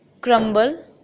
crumble